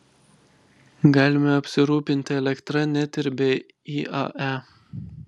galime apsirūpinti elektra net ir be iae